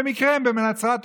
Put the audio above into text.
במקרה הם בנצרת,